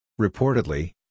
Reportedly